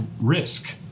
risk